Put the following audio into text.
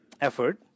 effort